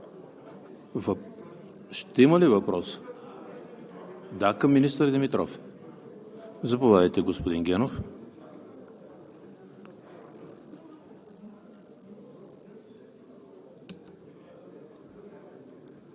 Не виждам. Ще има ли въпрос към министър Димитров? Заповядайте, господин Генов.